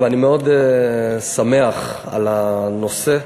טוב, אני מאוד שמח על הנושא.